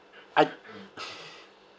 I